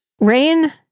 Rain